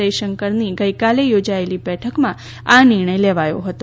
જયશંકરની ગઈકાલે યોજાયેલી બેઠકમાં આ નિર્ણય લેવાયો હતો